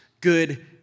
good